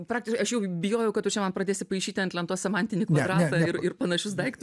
praktiškai aš jau bijojau kad tu čia man padėsi paišyti ant lentos semantinį kvadratą ir panašius daiktus